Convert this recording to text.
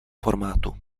formátu